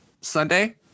Sunday